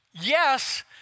yes